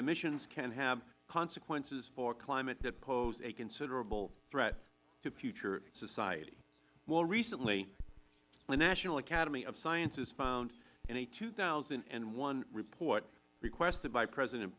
emissions can have consequences for climate that pose a considerable threat to future society more recently the national academy of sciences found in a two thousand and one report requested by president